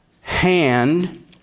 hand